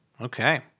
Okay